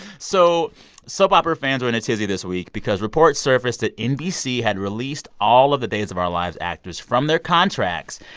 so soap opera fans were in a tizzy this week because reports surfaced that nbc had released all of the days of our lives actors from their contracts.